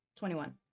21